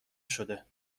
شده